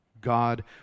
God